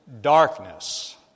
darkness